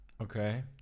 Okay